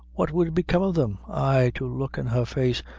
what would become of them? ay, to look in her face,